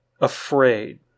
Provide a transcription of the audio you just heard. afraid